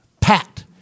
Pat